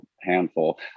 handful